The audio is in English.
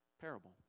parable